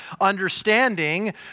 understanding